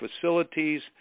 facilities